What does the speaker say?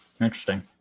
Interesting